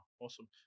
Awesome